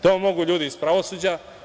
To mogu ljudi iz pravosuđa.